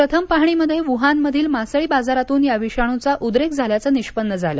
प्रथम पाहणीमध्ये वुहानमधील मासळी बाजारातून या विषणूचा उद्रेक झाल्याचं निष्पन्न झालं